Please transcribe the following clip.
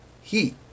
heat